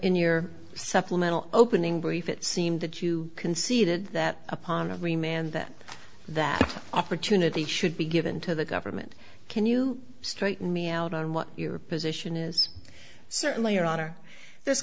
in your supplemental opening belief it seemed that you conceded that upon every man that that opportunity should be given to the government can you straighten me out on what your position is certainly your honor this